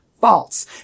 false